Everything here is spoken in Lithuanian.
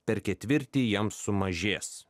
per ketvirtį jiems sumažės